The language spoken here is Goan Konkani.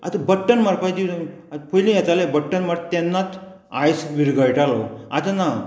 आतां बट्टन मारपाची पयली येताले बटन मार तेन्नाच आयस विरगळटालो आतां ना